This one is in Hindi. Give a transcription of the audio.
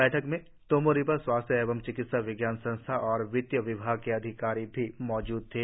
बैठक में तोमो रिबा स्वास्थ्य एवं चिकित्सा विज्ञान संस्थान और वित्त विभाग के अधिकारी मौजूद थे